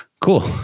cool